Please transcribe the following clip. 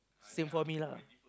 same for me lah